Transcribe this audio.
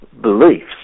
beliefs